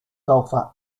sulfur